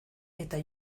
eta